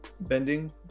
bending